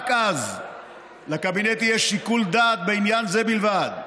רק אז לקבינט יהיה שיקול דעת, בעניין זה בלבד,